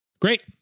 Great